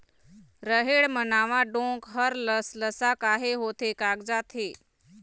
रहेड़ म नावा डोंक हर लसलसा काहे होथे कागजात हे?